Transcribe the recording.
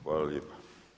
Hvala lijepa.